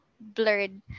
blurred